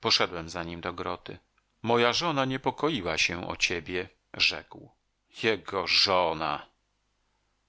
poszedłem za nim do groty moja żona niepokoiła się o ciebie rzekł jego żona